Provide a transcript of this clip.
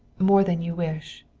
more than you wish.